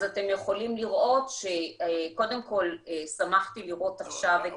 אז אתם יכולים לראות שקודם כל שמחתי לראות עכשיו את